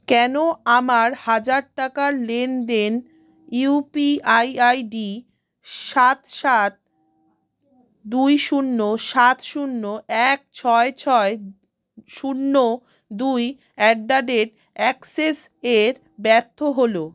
কেন আমার হাজার টাকার লেনদেন ইউপিআই আইডি সাত সাত দুই শূন্য সাত শূন্য এক ছয় ছয় শূন্য দুই অ্যাট দ্য রেট অ্যাক্সিস এর ব্যর্থ হলো